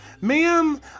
ma'am